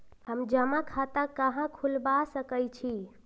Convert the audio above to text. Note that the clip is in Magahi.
हम जमा खाता कहां खुलवा सकई छी?